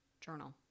journal